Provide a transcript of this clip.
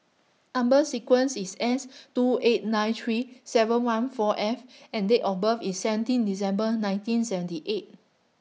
Number sequence IS S two eight nine three seven one four F and Date of birth IS seventeen December nineteen seventy eight